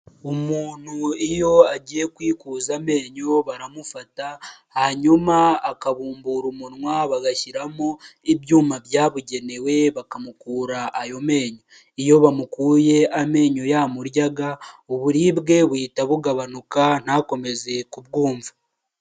Umuntu iyo agiye kuyikuza amenyo baramufata hanyuma akabumbura umunwa bagashyiramo ibyuma byabugenewe bakamukura ayo menyo, iyo bamukuye amenyo yamuryaga uburibwe buhita bugabanuka ntakomeze kubwumva.